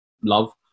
love